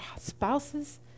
spouses